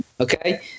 okay